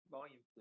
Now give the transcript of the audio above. Volume